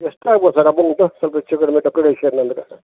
ಎಷ್ಟು ಆಗ್ಬೋದು sir amount ಸ್ವಲ್ಪ ಹೆಚ್ಚು ಕಡಿಮೆ ಡೆಕೊರೇಷನ್ ಅಂದರೆ ಸರ್